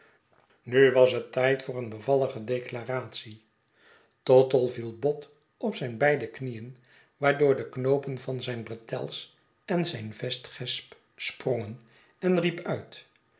nu was het tijd voor een bevallige declaratie tottle viel bot op zijn twee knieen waardoor de knoopen van zijn bretels en zijn vestgesp sprongen en riep uit